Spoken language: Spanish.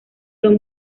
son